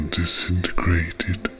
disintegrated